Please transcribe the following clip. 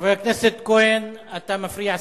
חבר הכנסת כהן, אתה מפריע סדרתי.